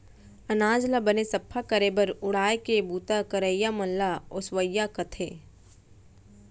अनाज ल बने सफ्फा करे बर उड़ाय के बूता करइया मन ल ओसवइया कथें